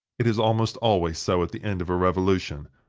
it is almost always so at the end of a revolution.